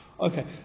Okay